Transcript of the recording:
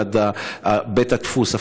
מפועלי הניקיון עד הסדרנים ועד בית הדפוס.